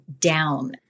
down